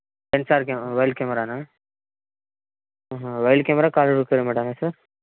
wild sir కె wild కెమెరానా అహా వైల్డ్ కెమెరా కలర్